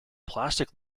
plastic